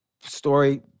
story